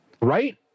Right